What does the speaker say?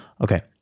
Okay